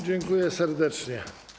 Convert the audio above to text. Dziękuję serdecznie.